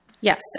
Yes